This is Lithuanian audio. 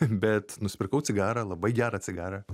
bet nusipirkau cigarą labai gerą cigarą